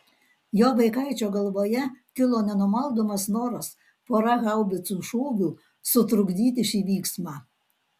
jo vaikaičio galvoje kilo nenumaldomas noras pora haubicų šūvių sutrukdyti šį vyksmą